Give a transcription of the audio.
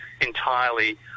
entirely